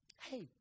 Hey